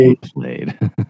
played